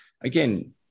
again